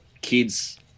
kids